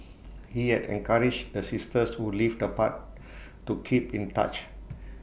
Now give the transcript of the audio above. he had encouraged the sisters who lived apart to keep in touch